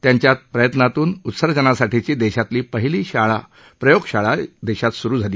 त्यांच्यात प्रयत्नातून उत्सर्जनासाठीची देशातली पहिली प्रयोगशाळा देशात सुरू झाली